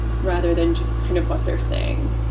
rather than just kind of what they're saying.